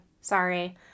Sorry